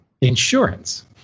insurance